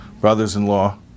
brothers-in-law